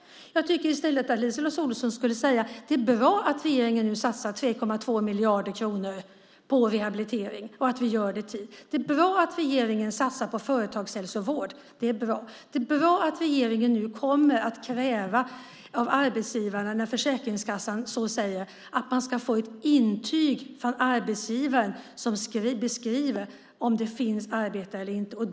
Jag tycker att LiseLotte Olsson i stället skulle säga: Det är bra att regeringen nu satsar 3,2 miljarder kronor på rehabilitering och att regeringen gör det i tid. Det är bra att regeringen satsar på företagshälsovård. Det är bra. Det är bra att regeringen nu kommer att kräva av arbetsgivaren, när Försäkringskassan så säger, ett intyg från arbetsgivaren som beskriver om det finns arbete eller inte.